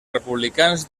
republicans